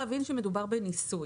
שמדובר בניסוי.